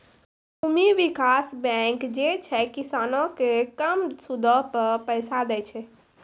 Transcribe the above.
भूमि विकास बैंक जे छै, किसानो के कम सूदो पे पैसा दै छे